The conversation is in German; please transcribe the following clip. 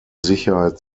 sicherheit